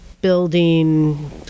building